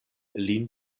lin